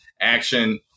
action